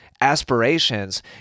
aspirations